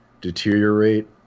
deteriorate